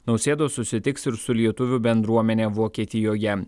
nausėda susitiks ir su lietuvių bendruomene vokietijoje